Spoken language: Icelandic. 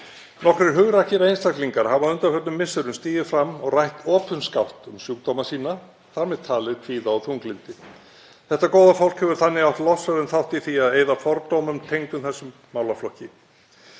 Nokkrir hugrakkir einstaklingar hafa á undanförnum misserum stigið fram og rætt opinskátt um sjúkdóma sína, þar með talið kvíða og þunglyndi. Þetta góða fólk hefur þannig átt sinn þátt í því að eyða fordómum tengdum þessum málaflokki.